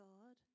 God